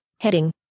Heading